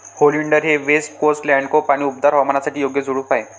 oleander हे west coast landscape आणि उबदार हवामानासाठी योग्य झुडूप आहे